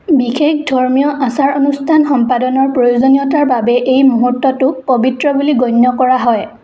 বিশেষ ধৰ্মীয় আচাৰ অনুষ্ঠান সম্পাদনৰ প্ৰয়োজনীয়তাৰ বাবে এই মুহূৰ্তটোক পবিত্ৰ বুলি গণ্য কৰা হয়